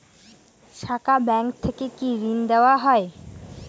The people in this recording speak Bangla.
শাখা ব্যাংক থেকে কি ঋণ দেওয়া হয়?